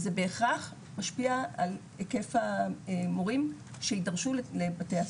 וזה בהכרח ישפיע על היקף המורים שיידרשו לבתי הספר.